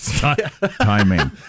timing